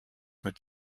mit